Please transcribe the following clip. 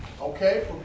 Okay